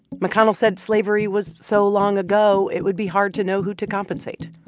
mcconnell said slavery was so long ago, it would be hard to know who to compensate.